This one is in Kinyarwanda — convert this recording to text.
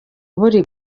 buri